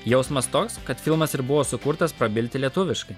jausmas toks kad filmas ir buvo sukurtas prabilti lietuviškai